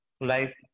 life